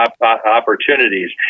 opportunities